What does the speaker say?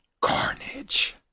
Carnage